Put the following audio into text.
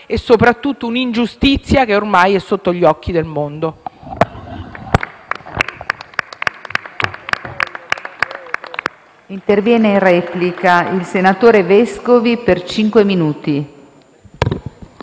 e, soprattutto, un'ingiustizia che ormai è sotto gli occhi del mondo.